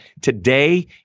Today